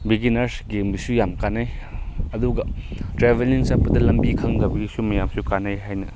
beginners ꯌꯥꯝ ꯀꯥꯟꯅꯩ ꯑꯗꯨꯒ ꯇ꯭ꯔꯦꯕꯦꯜꯂꯤꯡ ꯆꯠꯄꯗ ꯂꯝꯕꯤ ꯈꯪꯗꯕꯗꯨꯁꯨ ꯃꯌꯥꯝꯁꯨ ꯀꯥꯟꯅꯩ ꯍꯥꯏꯅ